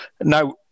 Now